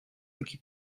iki